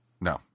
No